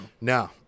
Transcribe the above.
No